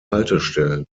haltestellen